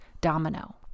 domino